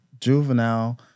juvenile